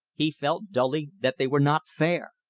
he felt dully that they were not fair.